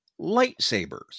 lightsabers